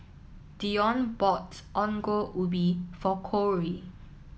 Dione bought Ongol Ubi for Kory